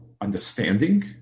understanding